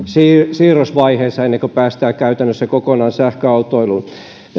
siirrosvaiheessa ennen kuin päästään käytännössä kokonaan sähköautoiluun